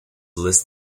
list